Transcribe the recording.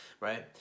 right